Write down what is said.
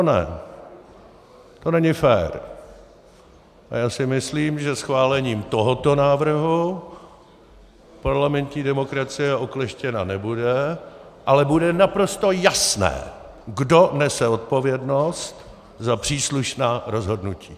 A já si myslím, že schválením tohoto návrhu parlamentní demokracie okleštěna nebude, ale bude naprosto jasné, kdo nese odpovědnost za příslušná rozhodnutí.